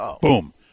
Boom